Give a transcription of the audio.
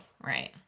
right